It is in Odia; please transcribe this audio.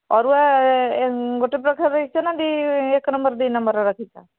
ଅରୁଆ ଗୋଟିଏ ପ୍ରକାର ରଖିଛ ନା ଏକ ନମ୍ବର ଦୁଇ ନମ୍ୱର ରଖିଛ